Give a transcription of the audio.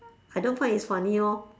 I don't find it funny lor